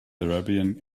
arabian